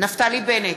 נפתלי בנט,